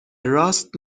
راست